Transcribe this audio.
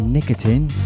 Nicotine